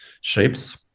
shapes